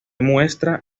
muestra